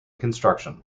construction